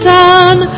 done